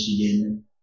Michigan